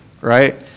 Right